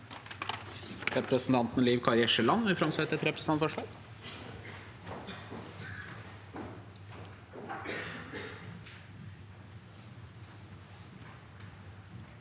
Representanten Liv Kari Eskeland vil framsette et representantforslag.